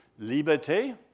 Liberté